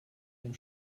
dem